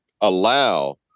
allow